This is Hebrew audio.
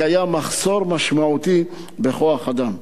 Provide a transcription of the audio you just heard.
יש מחסור משמעותי בכוח-אדם.